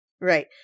Right